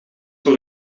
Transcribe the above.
voor